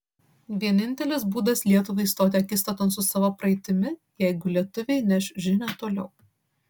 vienintelis būdas lietuvai stoti akistaton su savo praeitimi jeigu lietuviai neš žinią toliau